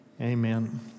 Amen